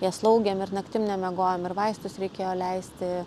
ją slaugėm ir naktim nemiegojom ir vaistus reikėjo leisti